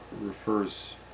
refers